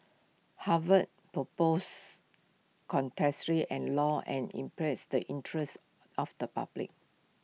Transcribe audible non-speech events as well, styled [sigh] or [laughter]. Harvard's propose [unintelligible] and law and imperils the interest of the public